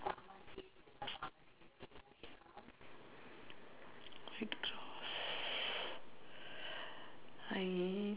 red cross I